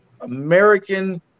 American